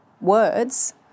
words